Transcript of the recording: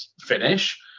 finish